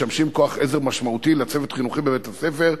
משמשים כוח עזר משמעותי לצוות החינוכי בבית-הספר,